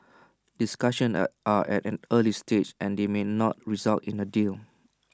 discussions are are at an early stage and they may not result in A deal